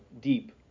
deep